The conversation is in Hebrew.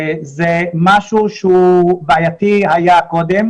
זה משהו שהוא היה בעייתי קודם,